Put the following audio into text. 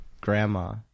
grandma